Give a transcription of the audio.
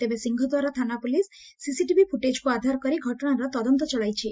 ତେବେ ସିଂହଦ୍ୱାର ଥାନା police CCTV ପୁଟେଜ୍କୁ ଆଧାର କରି ଘଟଣାର ତଦନ୍ତ ଚଳାଇଛି